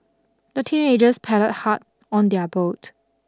the teenagers paddled hard on their boat